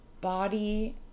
body